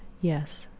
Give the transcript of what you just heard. yes,